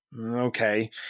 okay